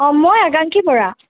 অঁ মই আকাংক্ষী বৰা